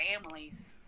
families